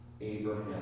Abraham